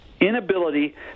inability